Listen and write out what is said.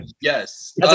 Yes